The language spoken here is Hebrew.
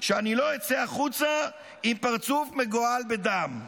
שאני לא אצא החוצה עם פרצוף מגואל בדם.